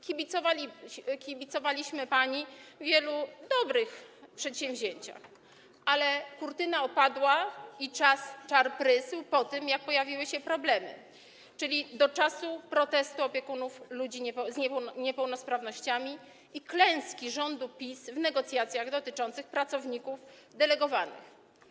Kibicowaliśmy pani w wielu dobrych przedsięwzięciach, ale kurtyna opadła i czar prysł po tym, jak pojawiły się problemy, czyli do czasu protestu opiekunów ludzi z niepełnosprawnościami i klęski rządu PiS w negocjacjach dotyczących pracowników delegowanych.